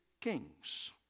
kings